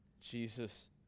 Jesus